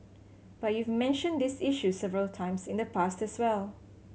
but you've mentioned these issues several times in the past as well